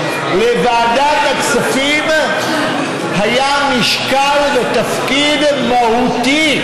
לוועדת הכספים היה משקל ותפקיד מהותי